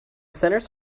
centers